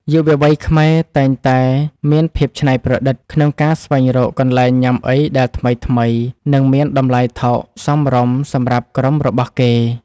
យុវវ័យខ្មែរតែងតែមានភាពច្នៃប្រឌិតក្នុងការស្វែងរកកន្លែងញ៉ាំអីដែលថ្មីៗនិងមានតម្លៃថោកសមរម្យសម្រាប់ក្រុមរបស់គេ។